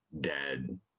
dead